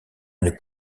une